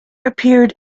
appeared